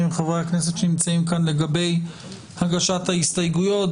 עם חברי הכנסת שנמצאים כאן לגבי הגשת ההסתייגויות.